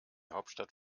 hauptstadt